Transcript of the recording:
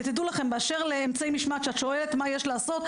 ותדעו לכם באשר לאמצעי משמעת כשאת שואלת מה יש לעשות.